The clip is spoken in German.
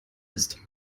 ist